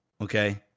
Okay